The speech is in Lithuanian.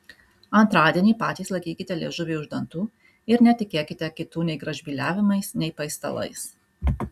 antradienį patys laikykite liežuvį už dantų ir netikėkite kitų nei gražbyliavimais nei paistalais